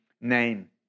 name